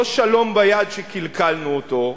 לא שלום ביד שקלקלנו אותו,